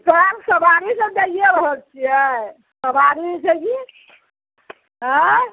तऽ हम सवारी तऽ दैइये रहल छियै सवारी छै की आँइ